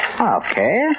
Okay